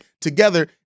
together